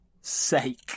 sake